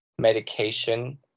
medication